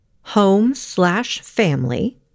home-slash-family